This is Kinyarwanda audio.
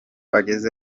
ageze